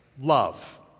love